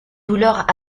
douleurs